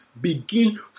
begin